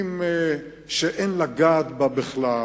שאין לגעת בה בכלל,